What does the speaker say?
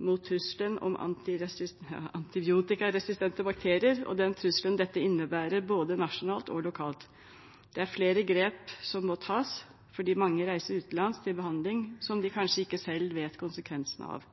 mot trusselen om antibiotikaresistente bakterier, og den trusselen dette innebærer både nasjonalt og lokalt. Det er flere grep som må tas fordi mange reiser utenlands til behandling som de kanskje ikke selv vet konsekvensene av.